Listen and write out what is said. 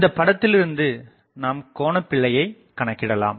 இந்தப்படத்திலிருந்து நாம் கோணபிழையை கணக்கிடலாம்